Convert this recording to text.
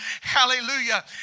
Hallelujah